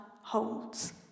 holds